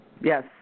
Yes